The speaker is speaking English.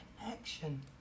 connection